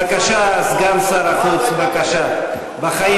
בבקשה, סגן שר החוץ.